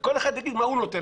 וכל אחד יגיד מה הוא נותן